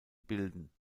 bilden